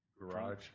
garage